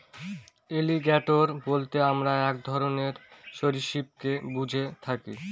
alligator বলতে আমরা এক ধরনের সরীসৃপকে বুঝে থাকি